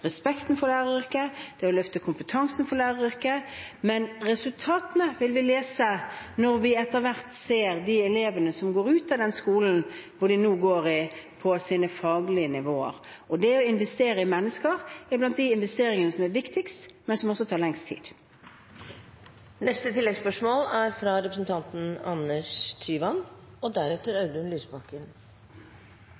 respekten for læreryrket, løfte kompetansen for læreryrket, men resultatene vil vi lese når vi etter hvert ser de elevene som går ut av den skolen som de nå går i, på deres faglige nivåer. Det å investere i mennesker er blant de investeringene som er viktigst, men som tar lengst tid. Anders Tyvand – til oppfølgingsspørsmål. Jeg synes at Lærerløftet 2.0 er